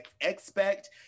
expect